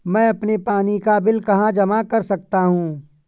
मैं अपने पानी का बिल कहाँ जमा कर सकता हूँ?